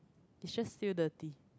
is just feel dirty